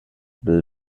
bli